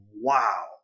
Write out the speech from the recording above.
wow